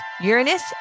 Uranus